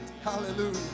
Hallelujah